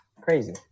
crazy